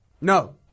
No